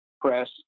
press